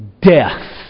death